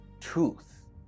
truth